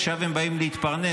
עכשיו הם באים להתפרנס,